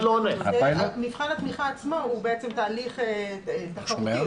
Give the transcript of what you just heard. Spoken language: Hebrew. מבחן התמיכה עצמו הוא תהליך תחרותי,